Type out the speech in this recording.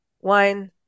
wine